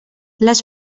les